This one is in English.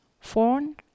phone